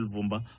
Vumba